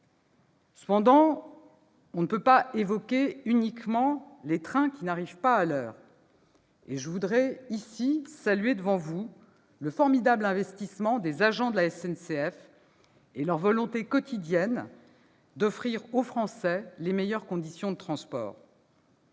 Cependant, on ne peut pas évoquer uniquement les trains qui n'arrivent pas à l'heure ; je souhaite ici, devant vous, saluer le formidable investissement des agents de la SNCF et leur volonté quotidienne d'offrir aux Français les meilleures conditions de transport.